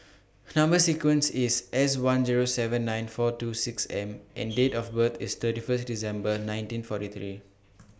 Number sequence IS S one Zero seven nine four two six M and Date of birth IS thirty First December nineteen forty three